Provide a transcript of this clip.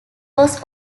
was